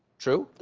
true.